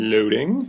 Loading